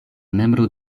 membro